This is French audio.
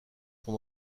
son